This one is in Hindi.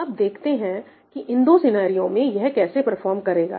अब देखते हैं कि इन दो सिनेरियो में यह कैसे परफॉर्म करेगा